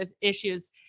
issues